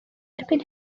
erbyn